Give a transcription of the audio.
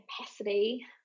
capacity